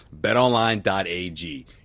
BetOnline.ag